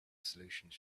solutions